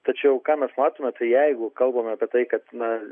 tačiau ką mes matome tai jeigu kalbame apie tai kad na